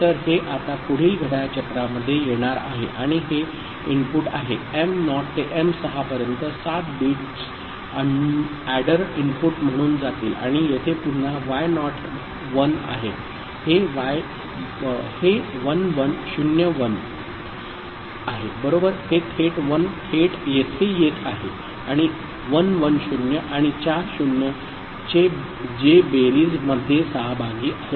तर हे आता पुढील घड्याळ चक्रा मध्ये येणार आहे आणि हे इनपुट आहे m नॉट ते एम 6 पर्यंत 7 बिट्स एडर इनपुट म्हणून जातील आणि येथे पुन्हा y नॉट 1 आहे हे 1101 आहे बरोबर हे 1 थेट येथे येत आहे आणि 110 आणि चार 0 जे बेरीज मध्ये सहभागी आहेत